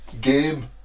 game